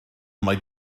mai